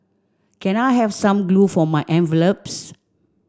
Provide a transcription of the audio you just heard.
can I have some glue for my envelopes